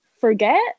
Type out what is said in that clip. forget